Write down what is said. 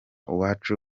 uwacu